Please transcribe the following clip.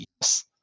yes